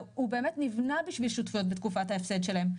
הוא באמת נבנה בשביל שותפויות בתקופת ההפסד שלהן,